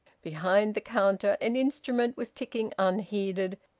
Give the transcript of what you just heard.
behind the counter an instrument was ticking unheeded,